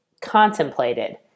contemplated